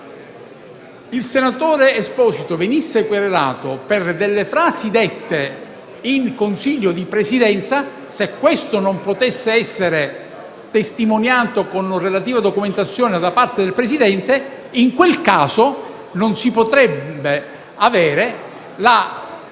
Stefano Esposito venisse querelato per frasi dette in Consiglio di Presidenza, se questo non potesse essere testimoniato con la relativa documentazione da parte del Presidente, non si potrebbe avere la